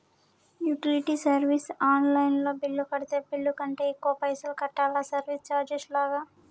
Utility service online లో bill కడితే bill కంటే ఎక్కువ పైసల్ కట్టాలా సర్వీస్ చార్జెస్ లాగా?